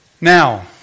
Now